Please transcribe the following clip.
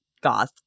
goth